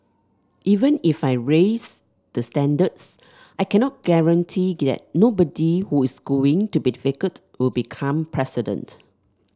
even if I raise the standards I cannot guarantee nobody who is going to be difficult will become president